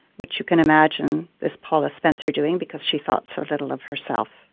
which you can imagine this paula spencer doing because she thought so little of herself.